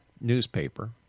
newspaper